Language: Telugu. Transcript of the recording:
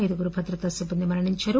ఐదుగురు భద్రతా సిబ్బంది మరణిందారు